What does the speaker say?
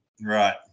Right